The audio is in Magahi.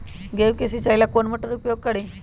गेंहू के सिंचाई ला कौन मोटर उपयोग करी?